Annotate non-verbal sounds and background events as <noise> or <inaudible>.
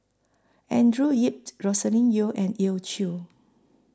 Andrew Yip <unintelligible> Roscelin Yeo and Elim Chew